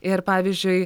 ir pavyzdžiui